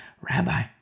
Rabbi